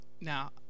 Now